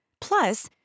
Plus